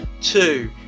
Two